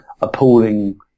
appalling